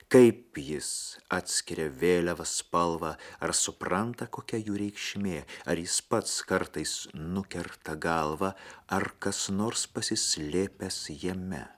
kaip jis atskiria vėliavas spalvą ar supranta kokia jų reikšmė ar jis pats kartais nukerta galvą ar kas nors pasislėpęs jame